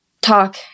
talk